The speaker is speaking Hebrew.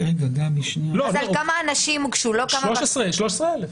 13 אלף.